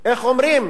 איך אומרים?